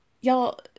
y'all